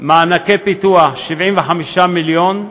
מענקי פיתוח, 75 מיליון,